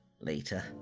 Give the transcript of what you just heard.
later